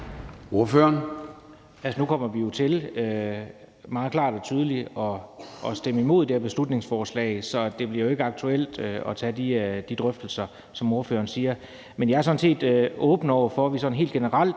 nu kommer vi til meget klart og tydeligt at stemme imod det her beslutningsforslag, så det bliver jo ikke aktuelt at tage drøftelser om det, som ordføreren siger. Jeg er sådan set åben over for, at vi helt generelt